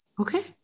Okay